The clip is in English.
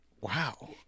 Wow